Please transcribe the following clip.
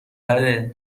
بله